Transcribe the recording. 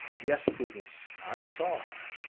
yes, prudence, i saw.